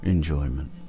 Enjoyment